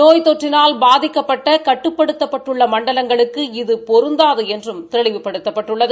நோய் தொற்றினால் பாதிக்கப்பட்ட கட்டுப்படுத்தப்பட்டுள்ள மண்டலங்களுக்கு இது பொருந்தாது என்றும் தெளிவுபடுத்தப்பட்டுள்ளது